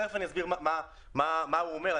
תיכף אסביר מה הוא אומר.